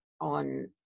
on